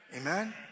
amen